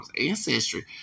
ancestry